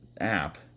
app